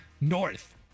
North